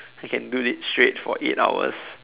I can do it straight for eight hours